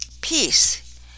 peace